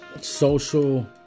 social